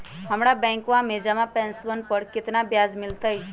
हम्मरा बैंकवा में जमा पैसवन पर कितना ब्याज मिलतय?